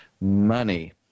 money